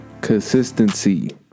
Consistency